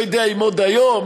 לא יודע אם עוד היום,